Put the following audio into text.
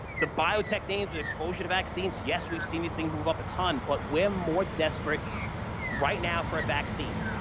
the biotech names with exposure to vaccines. yes, we've seen these things move up a ton, but we're more desperate right now for a vaccine,